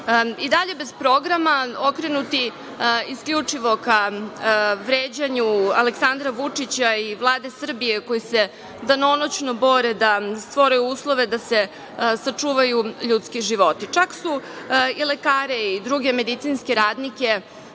dalje bez programa, okrenuti isključivo ka vređanju Aleksandra Vučića i Vlade Srbije koji se danonoćno bore da stvore uslove, da se sačuvaju ljudski životi, čak su i lekare i druge medicinske radnike